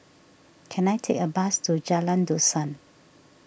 can I take a bus to Jalan Dusun